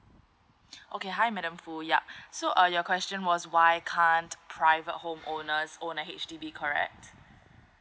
okay hi madam foo ya so uh your question was why can't private home owners own a H_D_B correct